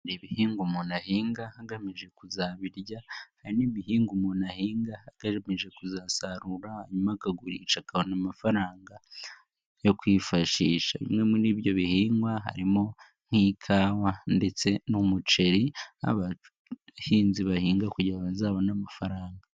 Hari ibihingwa umuntu ahinga agamijwe kuzabirya hari n'ibihinga umuntu ahinga agagamije kuzasarura hanyuma akagurisha akabona amafaranga yo kwifashisha. Bimwe muri byo bihingwa harimo nk'ikawa ndetse n'umuceri abahinzi bahinga kugira ngo bazabone amafaranga.